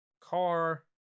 car